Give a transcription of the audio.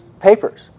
papers